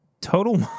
Total